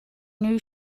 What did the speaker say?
new